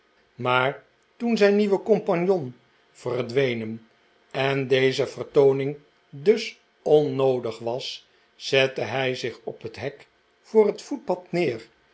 tegemoet toen zijn nieuwe compagnon verdwenen en deze vertooning dus dnnoodig was zette hij zich op het hek voor het voetpad neer